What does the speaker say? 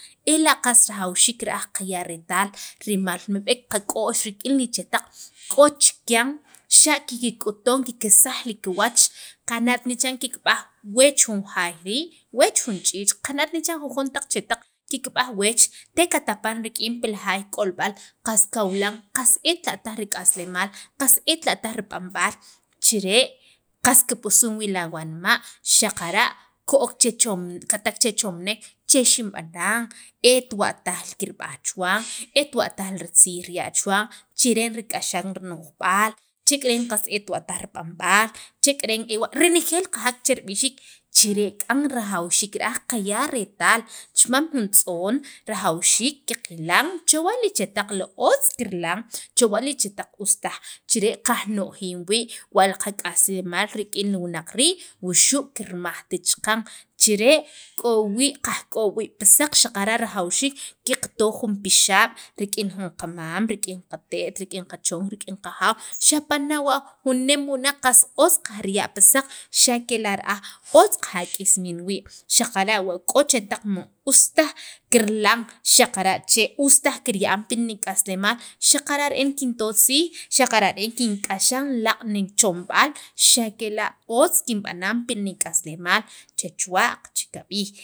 ela' qas rajawxiik ra'aj qaya' retaal rimal mib'eek qak'o'x rik'in li chetaq k'o chikyan xa' kik'uton kikesaj li kiwach qana'tni chiran weech jun jaay rii', weech jun ch'iich' qana't ni chan che jujon taq chetaq kikb'aj weech pil jaay k'olb'al qas qawilan qas etla' taj rik'aslemaal qas etla' taj rib'anb'al chire' qs kib'usun wii' lawanma' xaqara' ko'k chechomnek katak che chomnek che xinb'anan et wa' taj kirb'aj chuwan, etwa' taj ritziij riya' chuwan cheren xirik'axan rino'jb'al chek'eren et wa taj rib'anb'al chek'eren ewa' renejeel kajak che rib'ixiik chire' k'an rajawxiik qaya' retaal chipaam jun tz'oon rajawxiik qaqirilan chewa' li chetaq otz kirilan, chewa' li chetaq us taj chire' kajno'jin wii' wa qak'aslemaal rik'in li wunaq rii' wuxu' kirmajt chaqan chire' k'o wii' qaj k'ob' wii' pi saq xaqara rajawxiik qaqto jun qapixaab' rik'in jun qamam, jrik'in un qate't, rik'in qachon rik'in qajaaw xapa' nawa' jun re'ej wunaq qas otz qajriya' pi saq xa' kela' ra'aj otz qajk'ismin wii' xaqara' k'o chetaq us taj kirilan xaqara' che ustaj kirya'an pi nik'aslemaal xaqara' re'en kinto tziij xaqara' re'en kink'axan laaq' nichomb'aal xa' kela' otz kinb'anan pi nik'aslemaal che chuwa'q che kab'ij